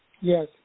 Yes